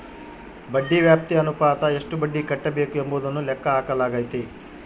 ಬಡ್ಡಿ ವ್ಯಾಪ್ತಿ ಅನುಪಾತ ಎಷ್ಟು ಬಡ್ಡಿ ಕಟ್ಟಬೇಕು ಎಂಬುದನ್ನು ಲೆಕ್ಕ ಹಾಕಲಾಗೈತಿ